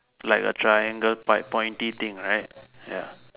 like a triangle pipe pointy thing right